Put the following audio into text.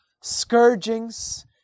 scourgings